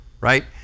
right